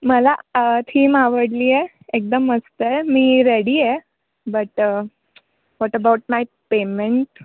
मला थीम आवडली आहे एकदम मस्त आहे मी रेडी आहे but what about my payment